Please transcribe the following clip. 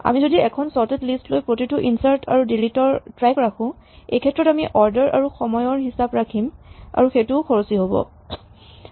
আমি যদি এখন চৰ্টেড লিষ্ট লৈ প্ৰতিটো ইনচাৰ্ট আৰু ডিলিট ৰ ট্ৰেক ৰাখো এইক্ষেত্ৰত আমি অৰ্ডাৰ আৰু সময়ৰ হিচাপ ৰাখিম আৰু সেইটোও খৰচী হ'ব